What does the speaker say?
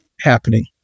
happening